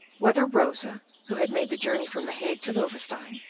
whether rosa, who had made the journey from the hague to loewestein,